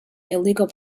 illegal